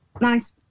Nice